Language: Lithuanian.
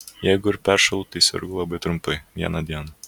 jeigu ir peršąlu tai sergu labai trumpai vieną dieną